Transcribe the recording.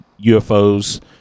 UFOs